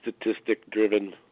statistic-driven